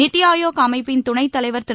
நிதிஆயோக் அமைப்பின் துணைத்தலைவர் திரு